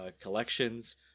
collections